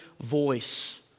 voice